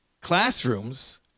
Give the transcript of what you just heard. classrooms